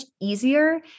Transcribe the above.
easier